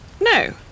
No